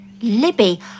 Libby